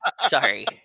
Sorry